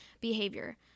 behavior